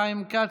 חיים כץ,